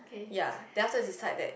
ya then afterwards decide that